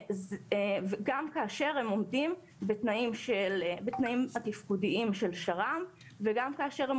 גם כאשר הם עומדים בתנאים התפקודיים של שר"מ וגם כאשר הם